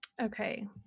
Okay